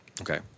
Okay